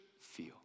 feel